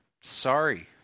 sorry